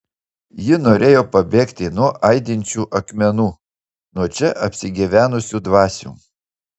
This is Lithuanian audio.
ji norėjo pabėgti nuo aidinčių akmenų nuo čia apsigyvenusių dvasių